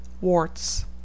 Warts